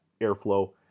airflow